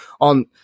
on